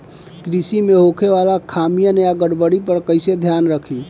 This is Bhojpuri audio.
कृषि में होखे वाला खामियन या गड़बड़ी पर कइसे ध्यान रखि?